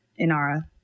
Inara